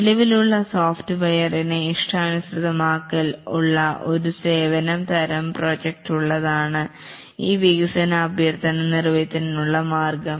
നിലവിലുള്ള സോഫ്റ്റ്വെയറിനെ ഇഷ്ടാനുസൃതം ആക്കൽ ഉള്ള ഒരു സേവനം തരം പ്രോജക്ട് ഉള്ളതാണ് ഈ വികസന അഭ്യർത്ഥന നിറവേറ്റുന്നതിനുള്ള മാർഗ്ഗം